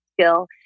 skill